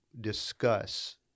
discuss